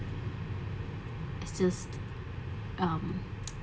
it's just um